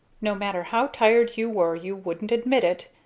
no matter how tired you were you wouldn't admit it.